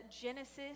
Genesis